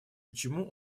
почему